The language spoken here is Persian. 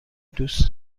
دوست